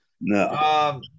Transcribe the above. No